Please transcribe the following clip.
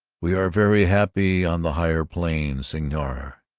we are very happy on the higher plane, signor.